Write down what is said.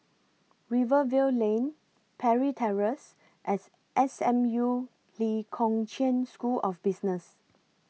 Rivervale Lane Parry Terrace and SMU Lee Kong Chian School of Business